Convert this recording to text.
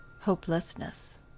hopelessness